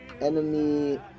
Enemy